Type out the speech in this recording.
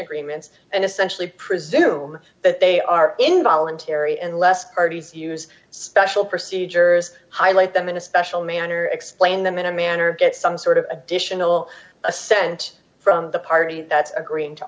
agreements and essentially presume that they are involuntary and less parties use special procedures highlight them in a special manner explain them in a manner get some sort of additional assent from the party that's agreeing to